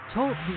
Talk